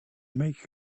make